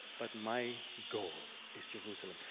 but my goal is jerusalem.